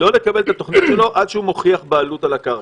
לא לקבל את התוכנית שלו עד שהוא מוכיח בעלות על הקרקע.